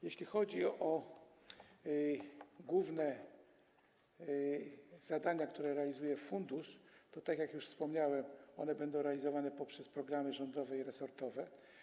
Jeśli chodzi o główne zadania, które realizuje fundusz, to tak jak już wspomniałem, będą one realizowane poprzez programy rządowe i resortowe.